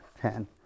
ten